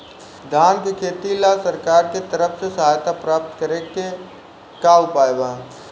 धान के खेती ला सरकार के तरफ से सहायता प्राप्त करें के का उपाय बा?